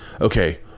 okay